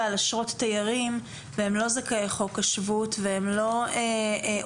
על אשרת תייר והם לא זכאי חוק השבות והם לא עולים.